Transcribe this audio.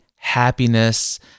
happiness